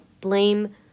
Blame